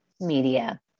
Media